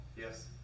Yes